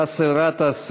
באסל גטאס,